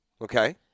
Okay